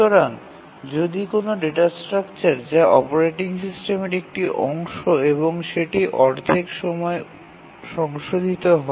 সুতরাং যদি কোনও ডেটা স্ট্রাকচার যা অপারেটিং সিস্টেমের একটি অংশ এবং সেটি অর্ধেক সময়ে সংশোধিত হয়